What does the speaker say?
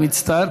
אני מצטער,